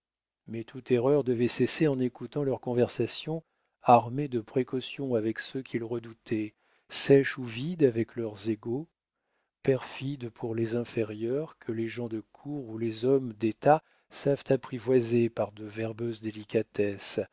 mais toute erreur devait cesser en écoutant leur conversation armée de précautions avec ceux qu'ils redoutaient sèche ou vide avec leurs égaux perfide pour les inférieurs que les gens de cour ou les hommes d'état savent apprivoiser par de verbeuses délicatesses